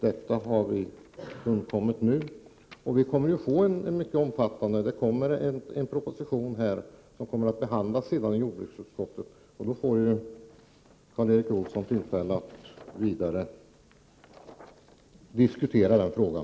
Detta har vi nu undgått. Det kommer ju en proposition som skall behandlas av jordbruksutskottet. Då får Karl Erik Olsson tillfälle att vidare diskutera den här frågan.